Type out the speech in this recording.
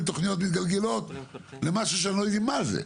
תוכניות מתגלגלות למשהו שאנחנו לא יודעים מה זה.